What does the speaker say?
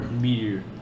Meteor